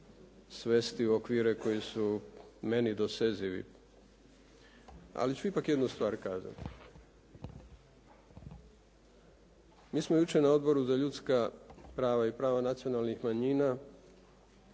svesti u okvire koji su meni dosezivi. Ali ću ipak jednu stvar kazati. Mi smo jučer na Odboru za ljudska prava i prava nacionalnih manjina